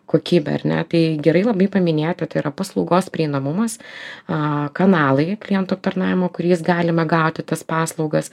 kokybę ar ne tai gerai labai paminėti tai yra paslaugos prieinamumas a kanalai klientų aptarnavimo kuriais galima gauti tas paslaugas